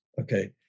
Okay